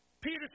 Peter